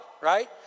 right